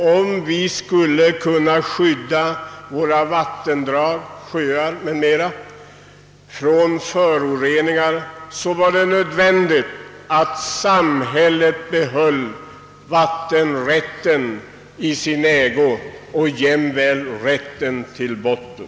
Om vi skulle kunna skydda våra vattendrag, sjöar m.m. från föroreningar var det nödvändigt att samhället i sin ägo behöll vattenrätten och rätten till botten.